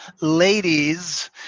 ladies